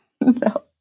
No